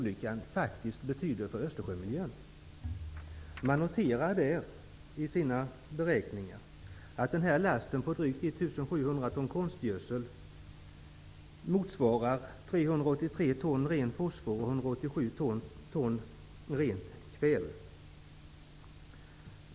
Länsstyrelsen noterar i sina beräkningar att denna last på drygt 1 700 ton konstgödsel motsvarar 383 ton ren fosfor och 187 ton rent kväve.